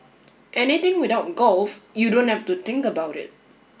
anything without golf you don't have to think about it